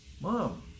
mom